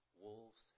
wolves